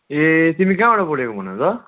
ए तिमी कहाँबाट बोलेको भन त